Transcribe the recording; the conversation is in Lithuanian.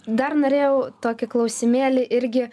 dar norėjau tokį klausimėlį irgi